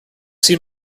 seen